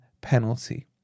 penalty